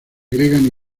agregan